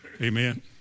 amen